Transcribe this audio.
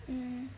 mm